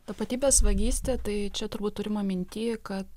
tapatybės vagystė tai čia turbūt turima minty kad